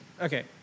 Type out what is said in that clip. okay